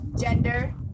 gender